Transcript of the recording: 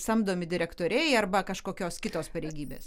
samdomi direktoriai arba kažkokios kitos pareigybės